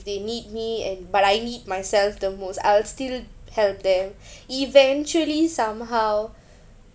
they need me and but I need myself the most I'll still help them eventually somehow